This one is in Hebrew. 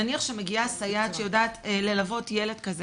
נניח שמגיעה סייעת שיודעת ללוות ילד כזה